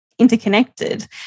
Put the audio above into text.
interconnected